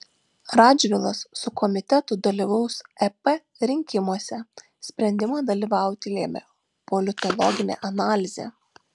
radžvilas su komitetu dalyvaus ep rinkimuose sprendimą dalyvauti lėmė politologinė analizė